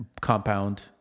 compound